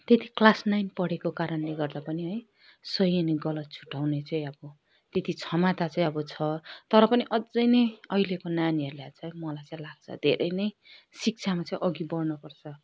त्यति class nine पढेको कारणले गर्दा पनि है सही अनि गलत छुट्याउने चाहिँ अब त्यति क्षमता चाहिँ अब छ तर पनि अझै नै अहिलेको नानीहरलाई चाहिँ मलाई चाहिँ लाग्छ धेरै नै शिक्षामा चाहिँ अघि बढ्न पर्छ